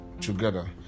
together